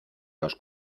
las